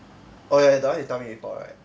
oh ya that one you tell me before right